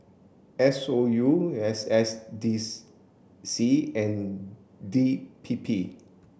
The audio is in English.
S O U S S dis C and D P P